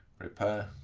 repair.